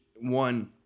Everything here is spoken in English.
one